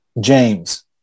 James